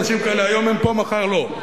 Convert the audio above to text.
אנשים כאלה היום הם פה מחר לא.